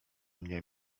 mnie